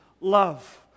love